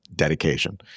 dedication